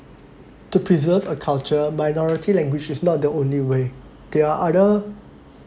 to preserve a culture minority language is not the only way there are other